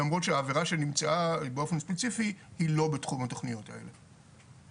למרות שהעבירה שנמצאה באופן ספציפי היא לא בתחום התוכניות האלה.